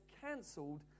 cancelled